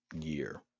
year